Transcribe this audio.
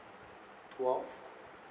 twelve